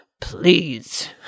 Please